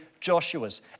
Joshua's